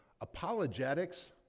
Apologetics